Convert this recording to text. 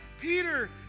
Peter